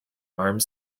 armed